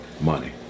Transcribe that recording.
money